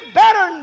better